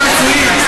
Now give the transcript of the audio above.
לסיים.